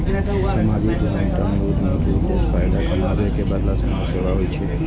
सामाजिक उद्यमिता मे उद्यमी के उद्देश्य फायदा कमाबै के बदला समाज सेवा होइ छै